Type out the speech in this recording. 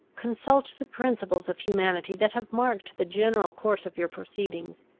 consult the principles of humanity that have marked the general course of your proceedings,